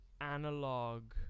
analog